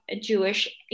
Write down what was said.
Jewish